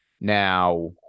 Now